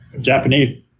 Japanese